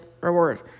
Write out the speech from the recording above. reward